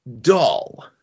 dull